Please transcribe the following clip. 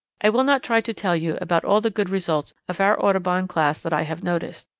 i will not try to tell you about all the good results of our audubon class that i have noticed.